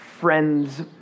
friend's